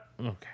okay